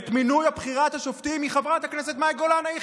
על ידי חברת הכנסת מאי גולן.